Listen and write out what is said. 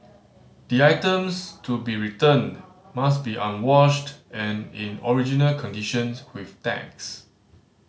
the items to be returned must be unwashed and in original conditions with tags